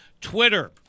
Twitter